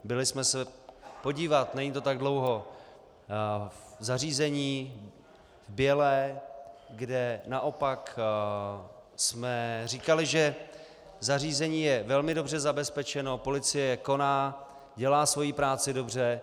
Byli jsme se podívat, není to tak dlouho, v zařízení v Bělé, kde naopak jsme říkali, že zařízení je velmi dobře zabezpečeno, policie koná, dělá svoji práci dobře.